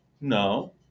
no